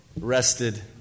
rested